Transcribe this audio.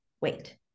wait